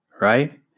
right